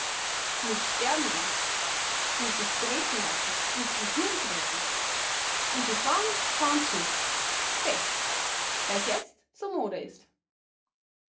mußt sterben gehen mußt dich treten lassen ins gehirn treten und die frauen schaun zu fesch weil's jetzt so mode ist